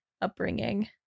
upbringing